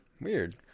Weird